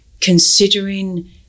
considering